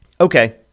Okay